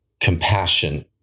compassion